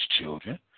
children